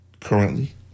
currently